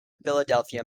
philadelphia